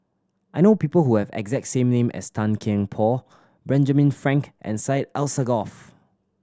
I know people who have the exact same name as Tan Kian Por Benjamin Frank and Syed Alsagoff